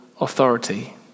authority